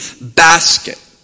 basket